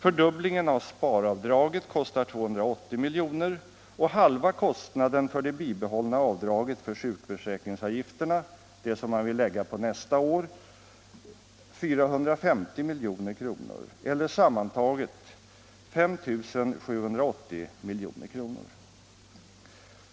Fördubblingen av sparavdraget kostar 280 miljoner och halva kostnaden för det bibehållna avdraget för sjukförsäkringsavgifterna, som man vill lägga på nästa år, 450 miljoner. Sammantaget blir det 5 730 milj.kr.